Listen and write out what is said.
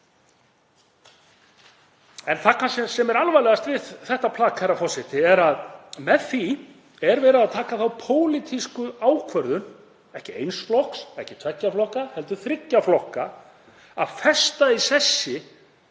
sem er kannski alvarlegast við þetta plagg, herra forseti, er að með því er verið að taka þá pólitísku ákvörðun, ekki eins flokks eða tveggja flokka heldur þriggja flokka, að festa í sessi